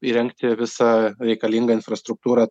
įrengti visą reikalingą infrastruktūrą